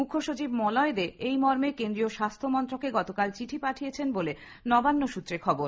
মুখ্যসচিব মলয় দে এই মর্মে কেন্দ্রীয় স্বাস্থ্য মন্ত্রকে চিঠি পাঠিয়েছেন বলে নবান্ন সূত্রে খবর